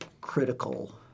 critical